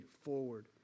forward